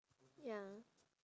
ya